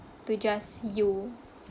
to just you